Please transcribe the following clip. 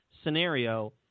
Scenario